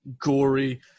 gory